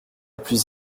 plus